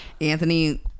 anthony